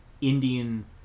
indian